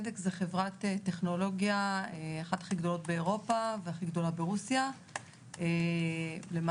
חברת טכנולוגיה שמפעילה פלטפורמה --- מקשרת בין לקוחות לבין נהגים?